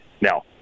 now